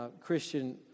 Christian